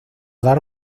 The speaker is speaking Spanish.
dar